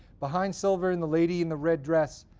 behind silver and the lady in the red dress,